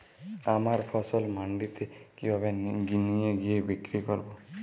আমার ফসল মান্ডিতে কিভাবে নিয়ে গিয়ে বিক্রি করব?